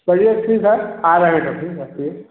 चलिए ठीक है आ रहें तो फ़िर रखिए